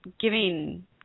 giving